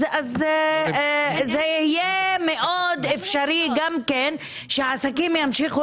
אז זה יהיה מאוד אפשרי גם כן שהעסקים ימשיכו